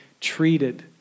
treated